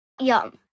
Yum